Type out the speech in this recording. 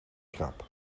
krab